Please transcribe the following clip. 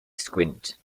squint